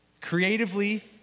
creatively